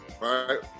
right